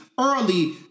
early